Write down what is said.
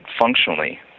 functionally